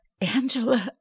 Angela